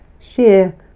sheer